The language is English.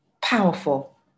Powerful